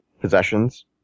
possessions